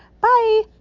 bye